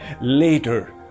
Later